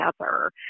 together